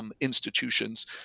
institutions